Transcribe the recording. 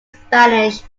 spanish